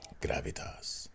gravitas